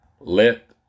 let